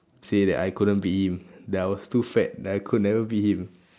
say that I couldn't beat him that I was too fat that I could never beat him